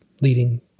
leading